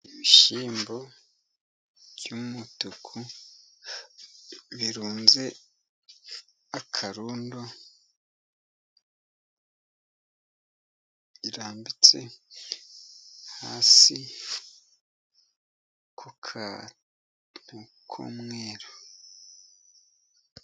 Ibishyimbo by'umutuku, birunze akarundo, birambitse hasi ku kantu k'umweru.